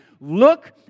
look